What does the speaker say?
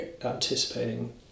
anticipating